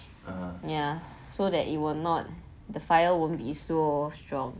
ya so that it will not the fire won't be so strong